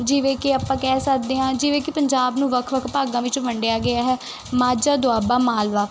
ਜਿਵੇਂ ਕਿ ਆਪਾਂ ਕਹਿ ਸਕਦੇ ਹਾਂ ਜਿਵੇਂ ਕਿ ਪੰਜਾਬ ਨੂੰ ਵੱਖ ਵੱਖ ਭਾਗਾਂ ਵਿੱਚ ਵੰਡਿਆ ਗਿਆ ਹੈ ਮਾਝਾ ਦੁਆਬਾ ਮਾਲਵਾ